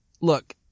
look